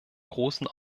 großen